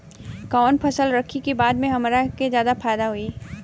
कवन फसल रखी कि बाद में हमरा के ज्यादा फायदा होयी?